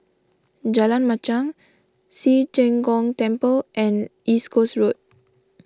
Jalan Machang Ci Zheng Gong Temple and East Coast Road